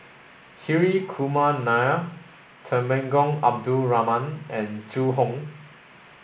Hri Kumar Nair Temenggong Abdul Rahman and Zhu Hong